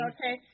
Okay